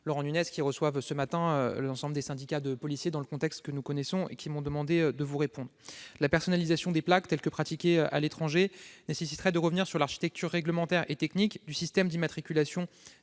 Laurent Nunez, qui reçoivent ce matin les représentants des syndicats de policiers dans le contexte que nous connaissons. La personnalisation des plaques, telle que pratiquée à l'étranger, nécessiterait de revenir sur l'architecture réglementaire et technique du système d'immatriculation